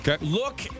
Look